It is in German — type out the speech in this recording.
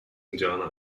indianer